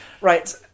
Right